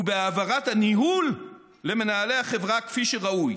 "ובהעברת הניהול למנהלי החברה, כפי שראוי,